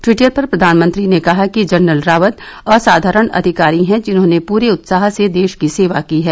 Twitter पर प्रधानमंत्री ने कहा कि जनरल रावत असाधारण अधिकारी हैं जिन्होंने पूरे उत्साह से देश की सेवा की है